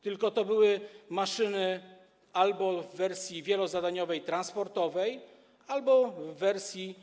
To były maszyny albo w wersji wielozadaniowej, transportowej, albo w wersji